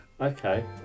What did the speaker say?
Okay